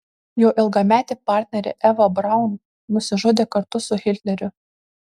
jo ilgametė partnerė eva braun nusižudė kartu su hitleriu